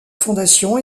fondation